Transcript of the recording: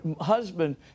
husband